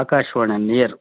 Akashvani near